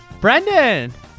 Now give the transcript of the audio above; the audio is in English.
Brendan